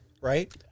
right